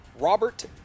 Robert